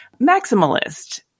maximalist